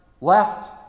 left